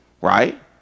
right